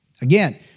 Again